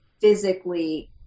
physically